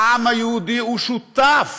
העם היהודי הוא שותף